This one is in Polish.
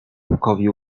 pukowi